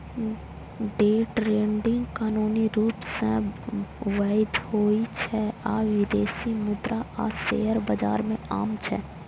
day trading कानूनी रूप सं वैध होइ छै आ विदेशी मुद्रा आ शेयर बाजार मे आम छै